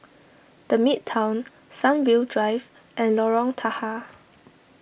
the Midtown Sunview Drive and Lorong Tahar